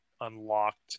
unlocked